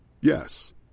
Yes